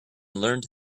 learned